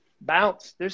bounce